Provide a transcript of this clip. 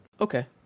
Okay